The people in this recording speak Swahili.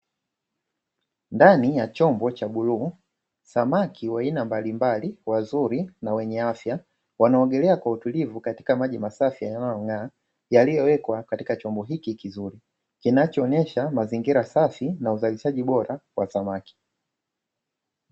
Ndani ya chombo cha bluu, samaki wa aina mbalimbali wazuri na wenye afya, wanaogelea kwa utulivu katika maji masafi yanayong'aa, yaliyowekwa katika chombo hiki kizuri kinachoonyesha mazingira safi na uzalishaji bora wa samaki.